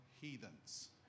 heathens